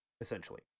essentially